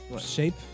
shape